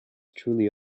truly